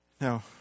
Now